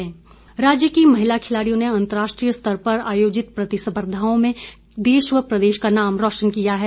गोविंद ठाकुर राज्य की महिला खिलाड़ियो ने अन्तर्राष्ट्रीय स्तर पर आयोजित प्रतिस्पर्धाओं में देश व प्रदेश का नाम रोशन किया है